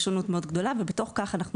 יש שונות מאוד גדולה ובתוך כך אנחנו